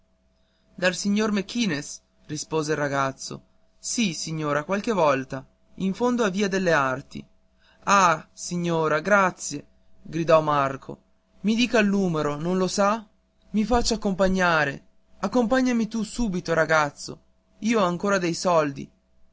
dal signor mequinez rispose il ragazzo sì signora qualche volta in fondo a via delle arti ah signora grazie gridò arco i dica il numero non lo sa i faccia accompagnare accompagnami tu subito ragazzo io ho ancora dei soldi